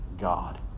God